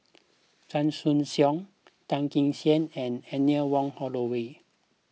Chan Choy Siong Tan Kee Sek and Anne Wong Holloway